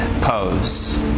pose